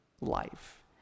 life